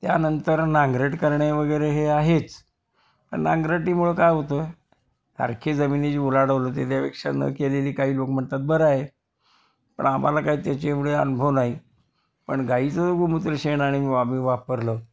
त्यानंतर नांगरट करणे वगैरे हे आहेच नांगरटीमुळं काय होतं सारखी जमिनीची उलाढाल होते त्यापेक्षा न केलेली काही लोक म्हणतात बरं आहे पण आम्हाला काय त्याचे एवढं अनुभव नाही पण गाईचं गोमूत्र शेण आणि आम्ही वापरलं